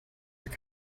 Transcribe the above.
your